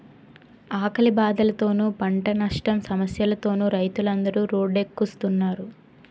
ఆకలి బాధలతోనూ, పంటనట్టం సమస్యలతోనూ రైతులందరు రోడ్డెక్కుస్తున్నారు